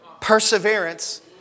perseverance